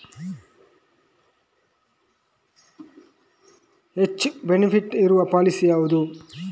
ಹೆಚ್ಚು ಬೆನಿಫಿಟ್ ಇರುವ ಪಾಲಿಸಿ ಯಾವುದು?